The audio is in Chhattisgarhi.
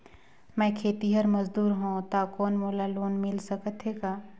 मैं खेतिहर मजदूर हों ता कौन मोला लोन मिल सकत हे का?